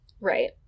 right